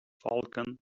falcon